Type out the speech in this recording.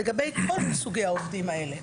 לגבי כל סוגי העובדים האלה.